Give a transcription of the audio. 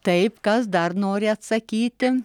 taip kas dar nori atsakyti